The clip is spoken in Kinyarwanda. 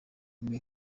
make